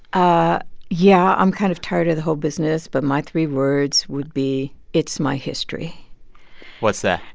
ah yeah. i'm kind of tired of the whole business, but my three words would be, it's my history what's that?